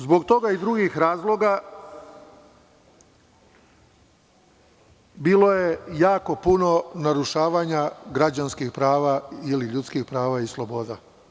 Zbog toga, a i zbog drugih razloga, bilo je jako puno narušavanja građanskih prava ili ljudskih prava i sloboda.